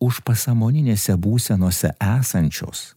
užpasąmoninėse būsenose esančios